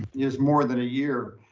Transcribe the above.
is more than a year.